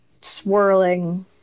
swirling